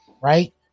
right